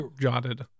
jotted